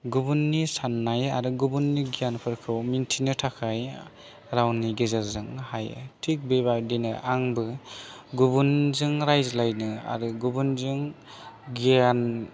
गुबुननि साननाय आरो गुबुननि गियानफोरखौ मिथिनो थाखाय रावनि गेजेरजों हायो थिग बेबायदिनो आंबो गुबुनजों रायज्लायनो आरो गुबुनजों गियान